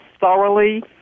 thoroughly